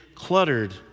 Cluttered